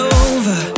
over